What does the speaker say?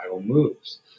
moves